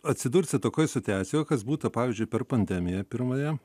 atsidursit tokioj situacijoj kas būta pavyzdžiui per pandemiją pirmąją